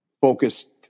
focused